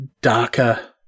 darker